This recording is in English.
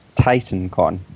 TitanCon